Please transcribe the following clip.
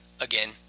Again